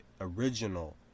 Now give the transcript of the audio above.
original